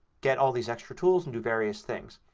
get all these extra tools, and do various things.